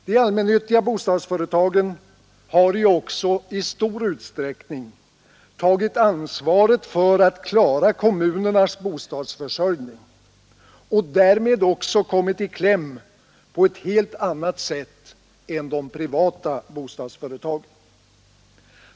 De allmännyttiga bostadsföretagen har ju i stor utsträckning tagit ansvaret för att klara kommunernas bostadsförsörjning och därmed också kommit i kläm på ett helt annat sätt än de privata bostadsföretagen.